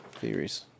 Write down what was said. theories